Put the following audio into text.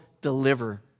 deliver